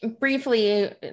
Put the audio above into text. briefly